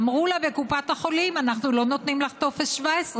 אמרו לה בקופת החולים: אנחנו לא נותנים לך טופס 17,